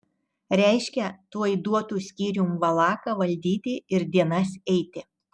reiškia tuoj duotų skyrium valaką valdyti ir dienas eiti